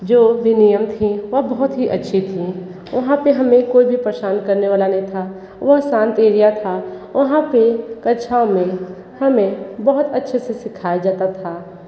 जो भी नियम थीं वो बहुत ही अच्छी थीं वहाँ पे हमें कोई भी परेशान करने वाला नहीं था वह शांत एरिया था वहाँ पे कक्षाओ में हमें बहुत अच्छे से सिखाया जाता था